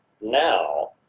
now